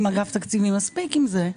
עם אגף תקציבים, מספיק עם זה.